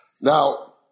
Now